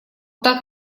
так